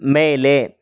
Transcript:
மேலே